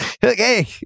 Hey